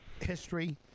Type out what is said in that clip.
history